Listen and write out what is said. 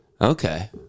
Okay